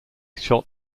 shot